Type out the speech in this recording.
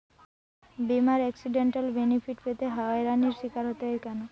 বিমার accidental benefit পেতে হয়রানির স্বীকার হতে হয় কেন?